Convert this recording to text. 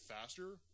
faster